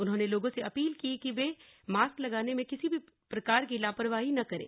उन्होने लोगो से अपील की कि वे मास्क लगाने में किसी भी प्रकार की लापरवाही न करें